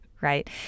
right